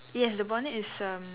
yes the bonnet is erm